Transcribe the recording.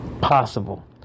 possible